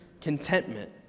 contentment